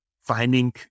finding